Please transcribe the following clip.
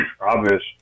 Obvious